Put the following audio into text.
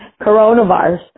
coronavirus